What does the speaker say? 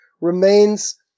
remains